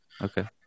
Okay